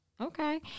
Okay